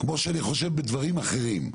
כמו שאני חושב בדברים אחרים,